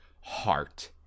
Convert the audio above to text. Heart